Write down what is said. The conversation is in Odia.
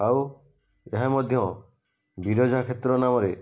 ଆଉ ଏହା ମଧ୍ୟ ବିରଜା କ୍ଷେତ୍ର ନାମରେ